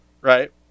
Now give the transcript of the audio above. right